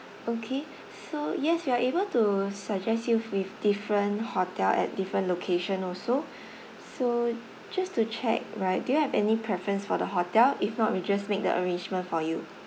okay so yes we are able to suggest you with different hotel at different location also so just to check right do you have any preference for the hotel if not we'll just make the arrangement for you